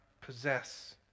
possess